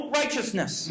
righteousness